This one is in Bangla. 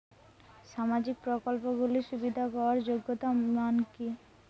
সামাজিক প্রকল্পগুলি সুবিধা পাওয়ার যোগ্যতা মান কি?